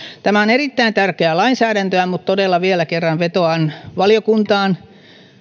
tämä on erittäin tärkeää lainsäädäntöä mutta todella vielä kerran vetoan valiokuntaan